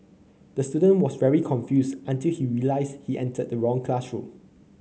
the student was very confused until he realised he entered the wrong classroom